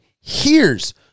hears